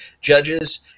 judges